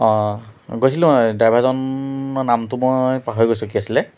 অ' গৈছিলোঁ ড্ৰাইভাৰজনৰ নামটো মই পাহৰি গৈছোঁ কি আছিলে